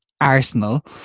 Arsenal